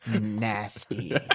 nasty